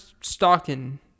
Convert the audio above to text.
stalking